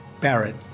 Barrett